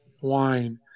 wine